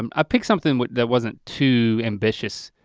um i picked something but that wasn't too ambitious.